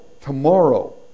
tomorrow